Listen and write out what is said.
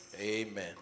amen